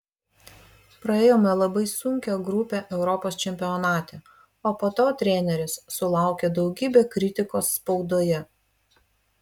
praėjome labai sunkią grupę europos čempionate o po to treneris sulaukė daugybę kritikos spaudoje